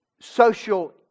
social